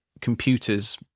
Computers